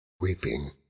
weeping